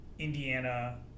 indiana